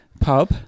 pub